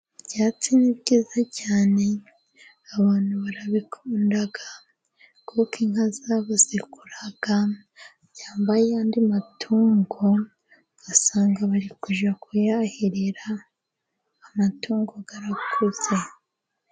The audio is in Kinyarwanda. Ibyatsi ni byiza cyane abantu barabikunda, kuko inka zabo zikura cyangwa ayandi matungo usanga bari kujya kuyahirira amatungo arakuze.